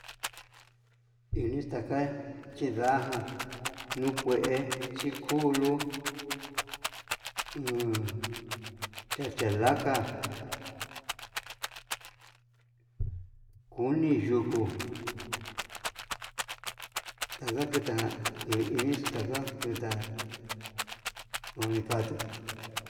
Inixtaka chindaján nuu kue chikulu he chachalaka, uni yuku ndaka keta yoix ixtaka tunda unikatu.